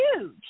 huge